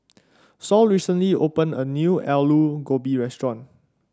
Sol recently opened a new Aloo Gobi restaurant